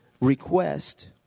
Request